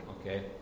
Okay